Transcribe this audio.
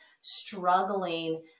struggling